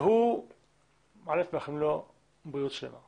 מאחלים לו בריאות שלמה